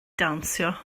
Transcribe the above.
dawnsio